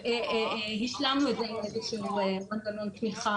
השלמנו את זה עם מנגנון תמיכה.